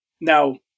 Now